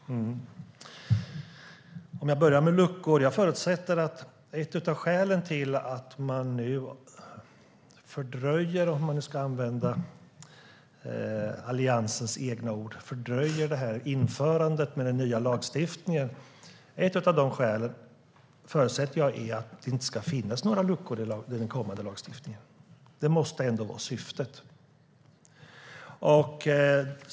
Herr talman! Jag börjar med luckor. Jag förutsätter att ett av skälen till att man nu fördröjer, om man nu ska använda Alliansens egna ord, införandet av den nya lagstiftningen är att det inte ska finnas några luckor i den kommande lagstiftningen. Det måste ändå vara syftet.